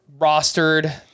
rostered